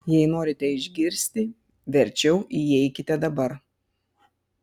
jei norite išgirsti verčiau įeikite dabar